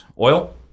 oil